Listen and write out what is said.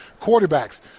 quarterbacks